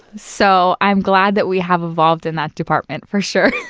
so i'm glad that we have evolved in that department for sure.